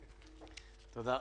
תודה.